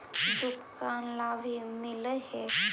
दुकान ला भी मिलहै?